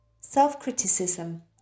self-criticism